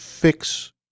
fix